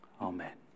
Amen